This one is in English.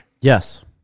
Yes